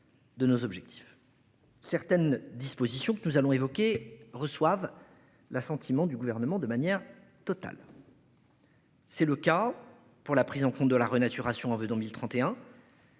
De nos objectifs. Certaines dispositions que nous allons évoquer reçoivent. L'assentiment du gouvernement de manière totale. C'est le cas pour la prise en compte de la renaturation Avedon dont 1031.